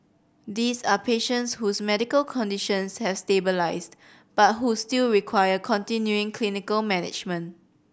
these are patients whose medical conditions has stabilised but who still require continuing clinical management